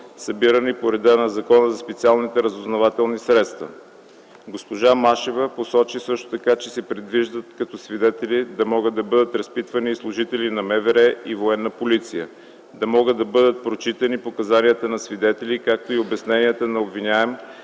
събрани по реда на Закона за специалните разузнавателни средства. Госпожа Машева посочи също така, че се предвижда като свидетели да могат да бъдат разпитвани и служители на МВР и на Военна полиция, да могат да бъдат прочитани показанията на свидетели, както и обясненията на обвиняем,